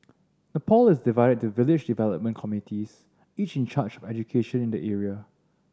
Nepal is divided into village development committees each in charge of education in the area